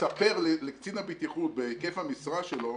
שייספר לקצין הבטיחות בהיקף המשרה שלו